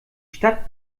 stadt